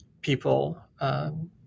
people